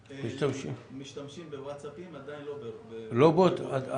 משתמשים בוואטס-אפ, עדיין לא בבוטים.